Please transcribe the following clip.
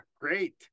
great